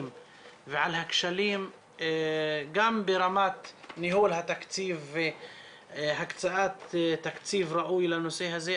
ועל הכשלים גם ברמת ניהול התקציב והקצאת תקציב ראוי לנושא הזה,